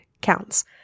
counts